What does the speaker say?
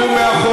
מי שהולך